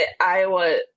Iowa